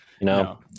No